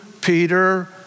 Peter